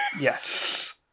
Yes